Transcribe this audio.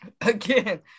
again